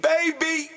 Baby